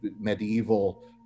medieval